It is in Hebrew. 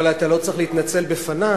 אבל אתה לא צריך להתנצל בפני,